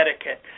etiquette